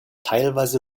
teilweise